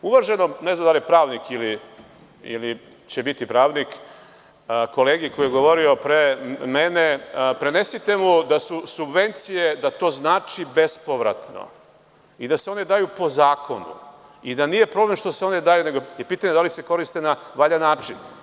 Uvaženom, ne znam da li je pravnik ili će biti pravnik, kolegi, koji je govorio pre mene, prenesite mu da subvencije znače bespovratno i da se one daju po zakonu i da nije problem što se one daju, nego je pitanje da li se koriste na valjan način.